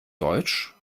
deutsch